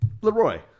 Leroy